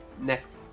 Next